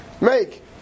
make